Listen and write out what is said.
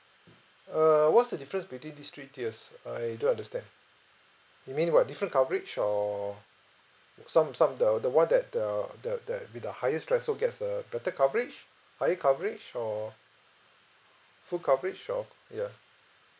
err what's the difference between these three tiers I don't understand it mean what different coverage or some some the the one that uh the the with the highest threshold gets a better coverage higher coverage or full coverage or ya